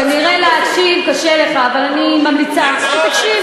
כנראה להקשיב קשה לך, אבל אני ממליצה שתקשיב.